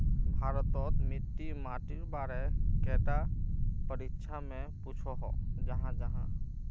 भारत तोत मिट्टी माटिर बारे कैडा परीक्षा में पुछोहो जाहा जाहा?